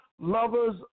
Lovers